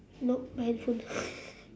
nope my handphone